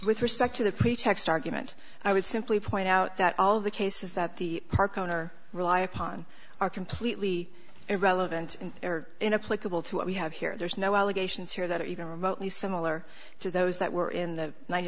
with respect to the pretext argument i would simply point out that all of the cases that the park owner rely upon are completely irrelevant and in a political to what we have here there's no allegations here that are even remotely similar to those that were in the ninety